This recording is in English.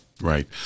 Right